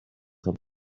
some